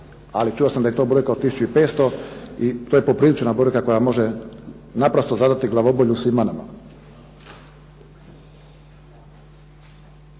ali čuo sam da je to brojka od 1500 i to je poprilična brojka koja može naprosto zadati glavobolju svima nama.